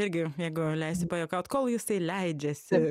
irgi mėgom leisti pajuokaut kol jisai leidžiasi